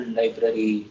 library